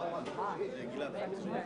ננעלה בשעה